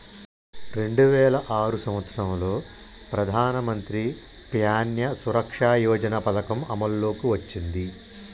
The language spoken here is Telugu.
రెండు వేల ఆరు సంవత్సరంలో ప్రధానమంత్రి ప్యాన్య సురక్ష యోజన పథకం అమల్లోకి వచ్చింది